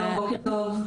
שלום ובוקר טוב.